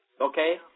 Okay